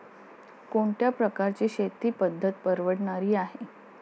कोणत्या प्रकारची शेती पद्धत परवडणारी आहे?